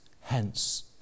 hence